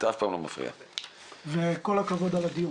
כל הכבוד על הדיון.